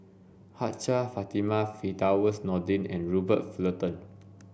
Hajjah Fatimah Firdaus Nordin and Robert Fullerton